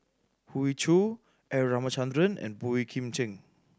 Hoey Choo R Ramachandran and Boey Kim Cheng